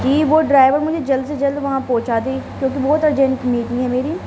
جی وہ ڈرائیور مجھے جلد سے جلد وہاں پہنچا دے کیونکہ بہت ارجنٹ میٹنگ ہے میری